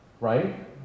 right